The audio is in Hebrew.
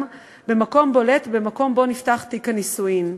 במקום בולט במקום שבו נפתח תיק הנישואין.